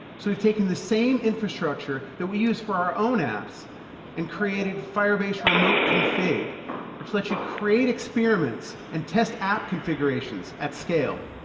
so we've taken the same infrastructure that we use for our own apps and created firebase remote config which lets you create experiments and test app configurations at scale.